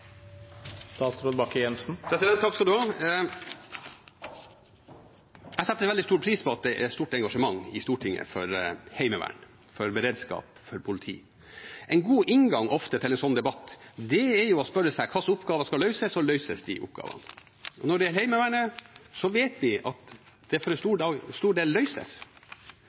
stort engasjement i Stortinget for heimevern, beredskap og politi. En god inngang til en sånn debatt er ofte å spørre seg hvilke oppgaver som skal løses, og så løse de oppgavene. Når det gjelder Heimevernet, vet vi at oppgavene for en stor